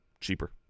cheaper